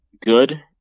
good